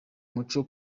muco